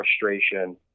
frustration